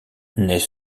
n’est